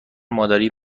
مادری